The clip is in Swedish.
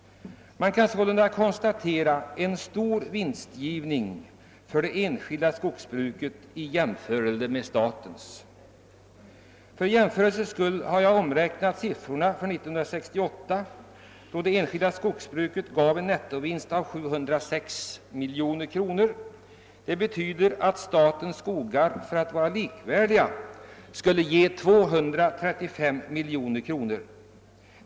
Man kan sålunda konstatera en mycket större vinst för det enskilda skogsbruket i förhållande till statens. För jämförelsens skull har jag omräknat siffrorna från 1968, då det enskilda skogsbruket gav en nettovinst av 706 miljoner kronor. Det betyder att statens skogar, för att vinsten skulle vara likvärdig, skulle avkasta 235 miljoner kronor.